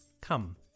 Come